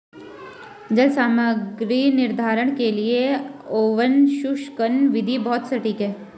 जल सामग्री निर्धारण के लिए ओवन शुष्कन विधि बहुत सटीक है